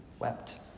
wept